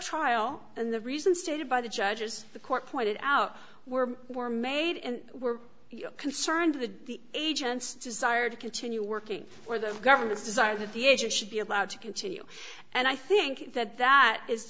trial and the reason stated by the judges the court pointed out were were made and were concerned with the agent's desire to continue working or the government's desire that the agent should be allowed to continue and i think that that is